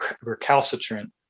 recalcitrant